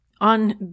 on